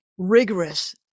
rigorous